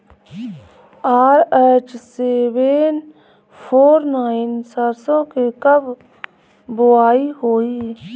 RH seven four nine सरसो के कब बुआई होई?